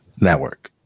Network